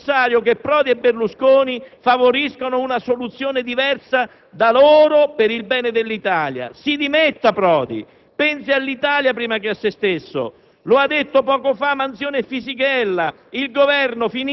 Per uscire da questa condanna all'ingovernabilità è necessario che Prodi e Berlusconi favoriscano una soluzione diversa da loro per il bene dell'Italia: si dimetta Prodi; pensi all'Italia prima che a se stesso.